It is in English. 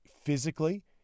physically